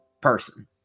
person